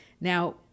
Now